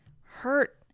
Hurt